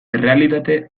errealitate